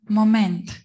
moment